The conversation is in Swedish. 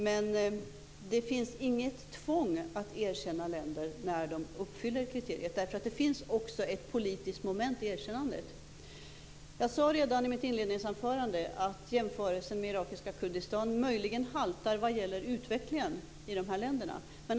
Men det finns inget tvång att erkänna länder när länderna uppfyller kriterierna. Det finns nämligen också ett politiskt moment i erkännandet. Redan i mitt inledningsanförande sade jag att jämförelsen med irakiska Kurdistan möjligen haltar vad gäller utvecklingen i de här länderna.